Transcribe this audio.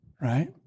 Right